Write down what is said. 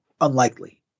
unlikely